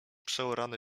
przeorane